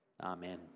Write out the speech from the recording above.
Amen